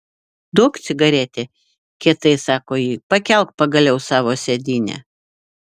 duok cigaretę kietai sako ji pakelk pagaliau savo sėdynę